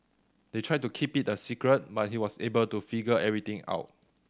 they tried to keep it a secret but he was able to figure everything out